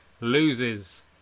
loses